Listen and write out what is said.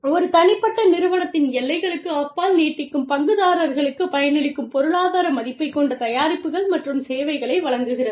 ஒரு தனிப்பட்ட நிறுவனத்தின் எல்லைகளுக்கு அப்பால் நீடிக்கும் பங்குதாரர்களுக்குப் பயனளிக்கும் பொருளாதார மதிப்பைக் கொண்ட தயாரிப்புகள் மற்றும் சேவைகளை வழங்குகிறது